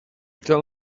tell